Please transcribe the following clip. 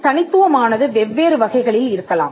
தனித்துவமானது வெவ்வேறு வகைகளில் இருக்கலாம்